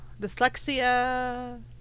Dyslexia